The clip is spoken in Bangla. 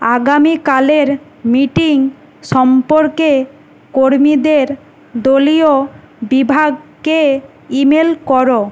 আগামীকালের মিটিং সম্পর্কে কর্মীদের দলীয় বিভাগকে ইমেল করো